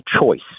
choice